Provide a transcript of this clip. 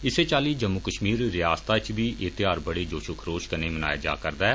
इस्सै चाल्ली जम्मू कश्मीर रियासता इच बी एह त्यौहार बड़े जोशो खरोश कन्नै मनाया जारदा ऐ